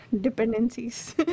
dependencies